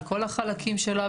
על כל החלקים שלה,